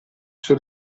suo